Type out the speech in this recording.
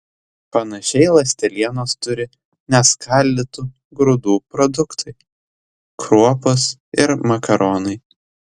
panašiai ląstelienos turi neskaldytų grūdų produktai kruopos ir makaronai